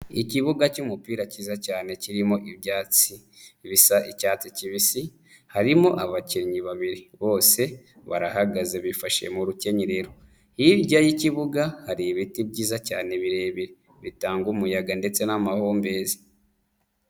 Ikibuga cy'umupira kiza cyane kirimo ibyatsi bisa icyatsi kibisi harimo abakinnyi babiri bose barahagaze bifashe mu rukenyerero, hirya y'ikibuga hari ibiti byiza cyane birebire bitanga umuyaga ndetse n'amahumbezi.